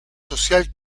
social